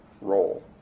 role